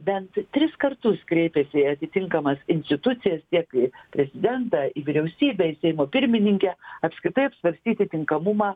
bent tris kartus kreipėsi į atitinkamas institucijas tiek į prezidentą į vyriausybę į seimo pirmininkę apskritai apsvarstyti tinkamumą